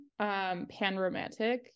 panromantic